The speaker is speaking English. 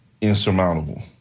insurmountable